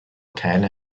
keine